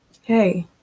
hey